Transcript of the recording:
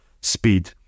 speed